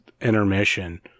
intermission